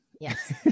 Yes